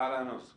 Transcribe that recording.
אהלן, עוז.